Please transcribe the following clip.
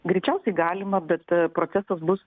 greičiausiai galima bet procesas bus